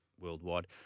worldwide